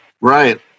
Right